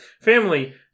Family